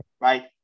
right